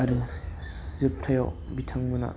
आरो जोबथायाव बिथांमोना